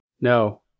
No